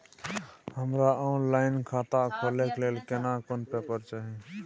हमरा ऑनलाइन खाता खोले के लेल केना कोन पेपर चाही?